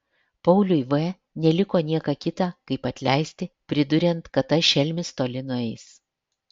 pauliui v neliko nieko kita kaip atleisti priduriant kad tas šelmis toli nueis